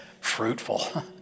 fruitful